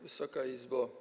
Wysoka Izbo!